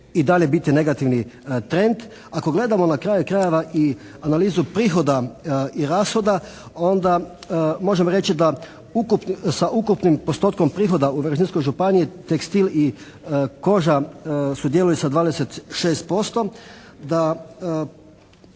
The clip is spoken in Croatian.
i dalje biti negativni trend. Ako gledamo na kraju krajeva i analizu prihoda i rashoda onda možemo reći da sa ukupnim postotkom prihoda u Varaždinskoj županiji tekstil i koža sudjeluju sa 26%, da